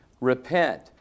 repent